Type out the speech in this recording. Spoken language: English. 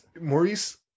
Maurice